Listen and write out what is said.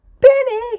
Benny